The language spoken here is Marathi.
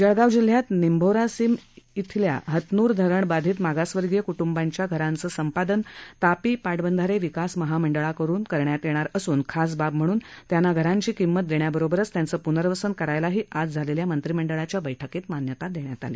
जळगाव जिल्ह्यात निंभोरासिम येथील हतनूर धरणबाधित मागासवर्गीय क्ट्ंबांच्या घरांचे संपादन तापी पाटबंधारे विकास महामंडळाकडून करण्यात येणार असून खास बाब म्हणून त्यांना घरांची किंमत देण्याबरोबरच त्यांचं प्नर्वसन करण्यासही आज झालेल्या मंत्रिमंडळाच्या बैठकीत मान्यता देण्यात आली